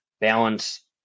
balance